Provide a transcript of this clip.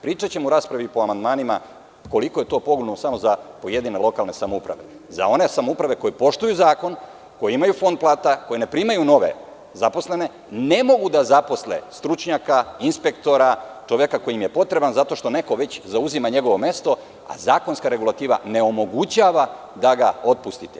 Pričaćemo u raspravi po amandmanima koliko je to pogubno samo za pojedine lokalne samouprave, za one samouprave koje poštuju zakon, koje imaju fond plata, koje ne primaju nove zaposlene, ne mogu da zaposle stručnjaka, inspektora, čoveka koji im je potrebanzato što neko već zauzima njegovo mesto, a zakonska regulativa ne omogućava da ga otpustite.